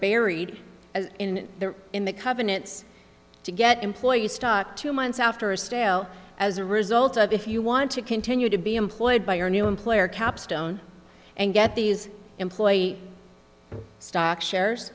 buried in there in the covenants to get employees stock two months after stale as a result of if you want to continue to be employed by your new employer capstone and get these employee stock shares